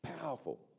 Powerful